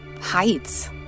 heights